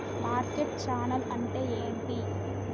Market channel అంటే ఏంటి?